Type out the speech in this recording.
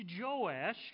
Joash